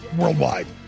worldwide